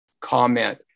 comment